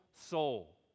soul